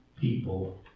people